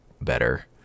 better